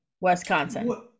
Wisconsin